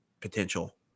potential